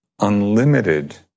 unlimited